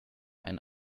ein